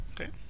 Okay